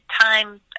time